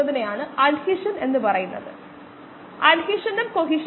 അതിനാൽ K m by vm ഉം Lineweaver Burk പ്ലോട്ടിൽ 1